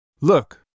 look